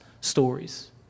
stories